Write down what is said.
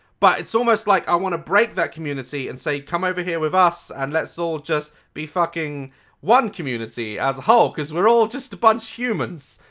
but it's almost like i want to break that community and say come over here with us and let's all just be fucking one community as a whole because we're all just a bunch of humans,